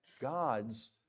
God's